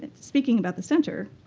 and speaking about the center,